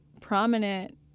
prominent